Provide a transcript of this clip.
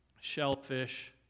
shellfish